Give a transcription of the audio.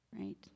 right